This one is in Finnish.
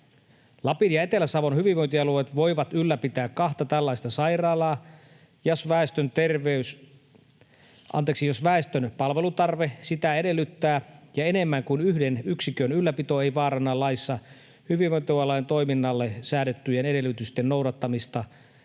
Lapin ja Etelä-Savon hyvinvointialueet voivat ylläpitää kahta tällaista sairaalaa, jos väestön palvelutarve sitä edellyttää ja enemmän kuin yhden yksikön ylläpito ei vaaranna laissa hyvinvointialueiden toiminnalle säädettyjen edellytysten noudattamista